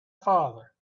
father